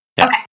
Okay